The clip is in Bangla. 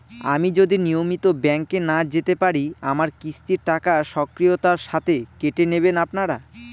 আমি যদি নিয়মিত ব্যংকে না যেতে পারি আমার কিস্তির টাকা স্বকীয়তার সাথে কেটে নেবেন আপনারা?